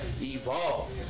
evolved